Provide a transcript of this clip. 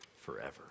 forever